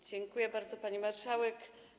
Dziękuję bardzo, pani marszałek.